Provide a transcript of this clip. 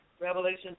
Revelation